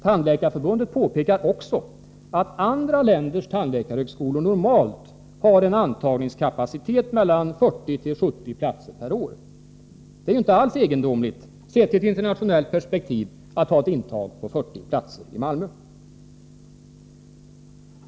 Tandläkareförbundet påpekar också att andra länders tandläkarhögskolor normalt har en antagningskapacitet mellan 40 och 70 platser per år. Det är ju inte alls egendomligt, sett i ett internationellt perspektiv, att ha ett intag på 40 platser i Malmö.